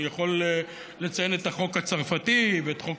אני יכול לציין את החוק הצרפתי ואת חוק